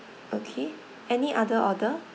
okay any other order